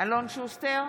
אלון שוסטר,